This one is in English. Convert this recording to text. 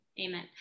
Amen